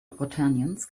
quaternions